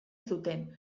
zuten